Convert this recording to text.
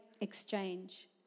exchange